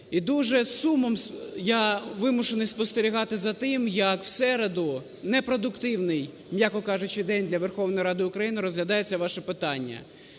І дуже з сумом я вимушений спостерігати за тим, як в середу, непродуктивний, м'яко кажучи, день для Верховної Ради України, розглядається ваше питання.